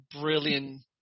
brilliant –